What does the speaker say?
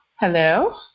Hello